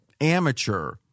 amateur